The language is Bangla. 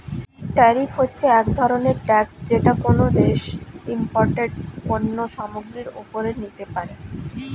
ট্যারিফ হচ্ছে এক ধরনের ট্যাক্স যেটা কোনো দেশ ইমপোর্টেড পণ্য সামগ্রীর ওপরে নিতে পারে